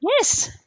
yes